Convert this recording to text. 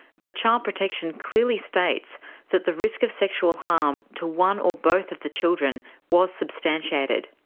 but child protection clearly states that the risk of sexual harm to one or both of the children was substantiated.